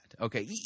okay